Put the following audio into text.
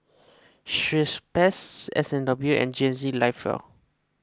Schweppes S and W and G N C Live Well